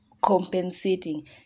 compensating